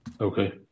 Okay